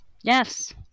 Yes